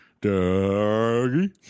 Doggy